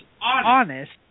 honest